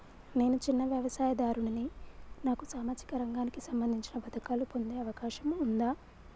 నేను చిన్న వ్యవసాయదారుడిని నాకు సామాజిక రంగానికి సంబంధించిన పథకాలు పొందే అవకాశం ఉందా?